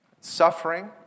suffering